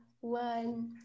One